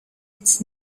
its